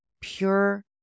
pure